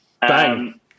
Bang